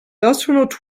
astronaut